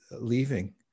leaving